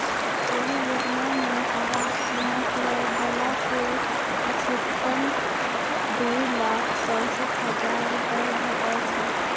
एहि योजना मे आवास ऋणक लै बला कें अछिकतम दू लाख सड़सठ हजार रुपैया भेटै छै